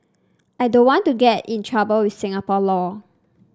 I don't want to get in trouble with Singapore law